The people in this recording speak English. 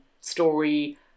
story